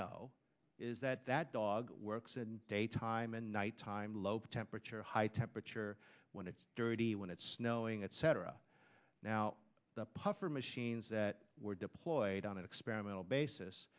know is that that dog works in daytime and nighttime low temperature high temperature when it's dirty when it's snowing etc now the puffer machines that were deployed on an experimental basis